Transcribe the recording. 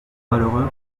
malheureux